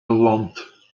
land